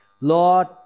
Lord